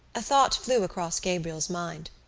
a thought flew across gabriel's mind.